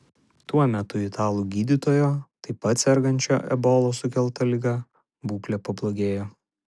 tuo metu italų gydytojo taip pat sergančio ebolos sukelta liga būklė pablogėjo